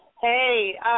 Hey